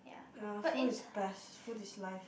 ya food is best food is life